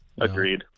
Agreed